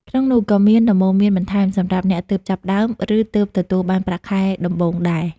ក្នុងនោះក៏មានដំបូន្មានបន្ថែមសម្រាប់អ្នកទើបចាប់ផ្តើម ឬទើបទទួលបានប្រាក់ខែដំបូងដែរ។